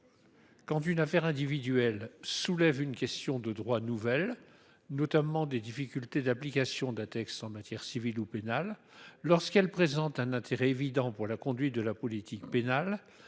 quand une affaire individuelle soulève une question de droit nouvelle, notamment des difficultés d'application d'un texte en matière civile ou pénale, lorsqu'elle présente un intérêt évident pour la conduite de la politique pénale,